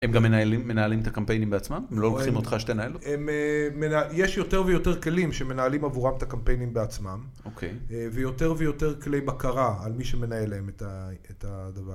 הם גם מנהלים, מנהלים את הקמפיינים בעצמם? הם לא לוקחים אותך שתנהל? הם אה.. מנה... יש יותר ויותר כלים שמנהלים עבורם את הקמפיינים בעצמם. אוקיי. ויותר ויותר כלי בקרה על מי שמנהל להם את ה... את הדבר...